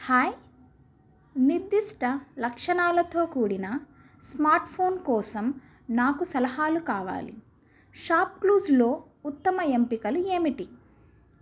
hi నిర్దిష్ట లక్షణాలతో కూడిన స్మార్ట్ ఫోన్ కోసం నాకు సలహాలు కావాలి షాప్ క్లూస్లో ఉత్తమ ఎంపికలు ఏమిటి